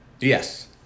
Yes